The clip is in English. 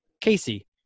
Casey